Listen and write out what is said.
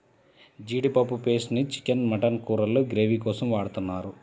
జీడిపప్పు పేస్ట్ ని chicken, mutton కూరల్లో గ్రేవీ కోసం వాడుతున్నారు